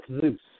Zeus